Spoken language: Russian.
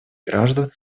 граждан